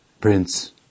prince